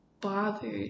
bothered